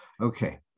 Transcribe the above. Okay